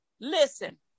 Listen